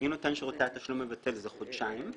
אם נותן שירותי התשלום מבטל זה חודשיים,